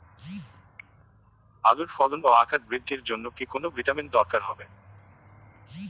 আলুর ফলন ও আকার বৃদ্ধির জন্য কি কোনো ভিটামিন দরকার হবে?